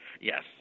yes